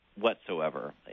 whatsoever